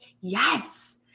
yes